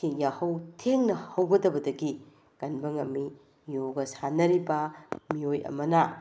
ꯌꯥꯍꯧ ꯊꯦꯡꯅ ꯍꯧꯒꯗꯕꯗꯒꯤ ꯀꯟꯕ ꯉꯝꯃꯤ ꯌꯣꯒ ꯁꯥꯟꯅꯔꯤꯕ ꯃꯤꯑꯣꯏ ꯑꯃꯅ